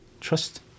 trust